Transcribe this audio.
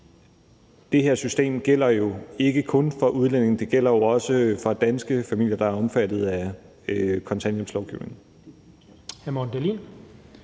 Det her system gælder jo ikke kun for udlændinge; det gælder også for danske familier, der er omfattet af kontanthjælpslovgivningen.